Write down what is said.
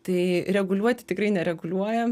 tai reguliuoti tikrai nereguliuojam